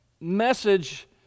message